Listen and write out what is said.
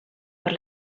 per